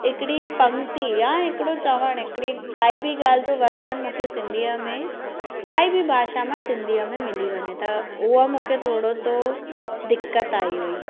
हिकिड़ी पंक्ति या हिकिड़ो चवणु हिकिड़ी काई बि ॻाल्हि जो वर्णन मूंखे सिंधीअ में काई बि भाषा मां सिंधीअ में मिली वञे त उहा मूंखे थोरो सो दिक़त आई हुई